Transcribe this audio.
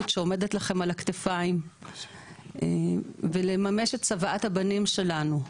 שעומדת לכם על הכתפיים ולממש את צוואת הבנים שלנו,